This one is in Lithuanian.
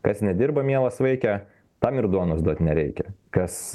kas nedirba mielas vaike tam ir duonos duot nereikia kas